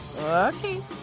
Okay